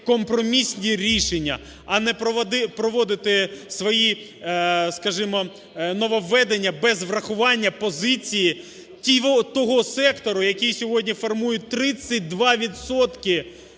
компромісні рішення, а не проводити свої, скажімо, нововведення без урахування позиції того сектору, який сьогодні формує 32